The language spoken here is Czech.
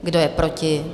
Kdo je proti?